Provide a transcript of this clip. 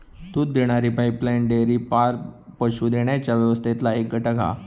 दूध देणारी pipeline dairy farm पशू देण्याच्या व्यवस्थेतला एक घटक हा